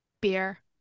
beer